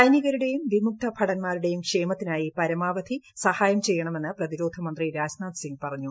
സൈനികരുടെയും വിമുക്തഭടൻമാരുടെയും പ്രക്ഷമത്തിനായി പരമാവധി സഹായം ചെയ്യണമെന്ന് പ്രതിരോധ മ്ന്ത്രി രാജ്നാഥ് സിംഗ് പറഞ്ഞു